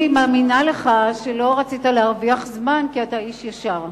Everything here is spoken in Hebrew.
אני מאמינה לך שלא רצית להרוויח זמן כי אתה איש ישר.